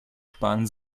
sparen